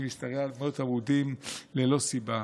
שמשתרעת על פני מאות עמודים ללא סיבה,